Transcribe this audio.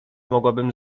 mogłabym